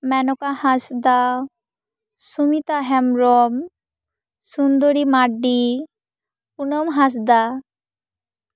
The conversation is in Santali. ᱢᱮᱱᱚᱠᱟ ᱦᱟᱸᱥᱫᱟ ᱥᱩᱢᱤᱛᱟ ᱦᱮᱢᱵᱨᱚᱢ ᱥᱩᱱᱫᱚᱨᱤ ᱢᱟᱨᱰᱤ ᱠᱩᱱᱟᱹᱢ ᱦᱟᱸᱥᱫᱟ